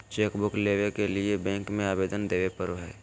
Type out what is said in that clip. chequebook लेबे के लिए बैंक में अबेदन देबे परेय हइ